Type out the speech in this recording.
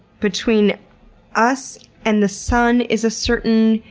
between us and the sun is a certain,